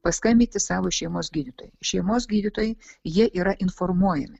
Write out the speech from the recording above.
paskambint savo šeimos gydytojai šeimos gydytojai jie yra informuojami